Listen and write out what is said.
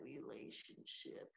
relationship